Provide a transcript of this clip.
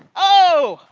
oh!